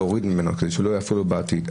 להוריד ממנו כדי שלא יפריע לו בעתיד,